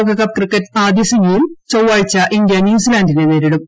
ലോകകപ്പ് ക്രിക്കറ്റ് ആദ്യ സെമിയിൽ ചൊവ്വാഴ്ച ഇന്ത്യ നറസിലാൻിനെ നേരിടും